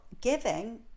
giving